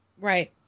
Right